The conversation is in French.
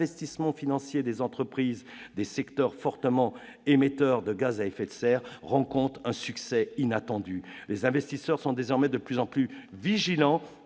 désinvestissement financier des entreprises des secteurs fortement émetteurs de gaz à effet de serre, rencontre un succès inattendu. Les investisseurs sont désormais de plus en plus attentifs